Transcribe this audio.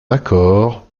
accord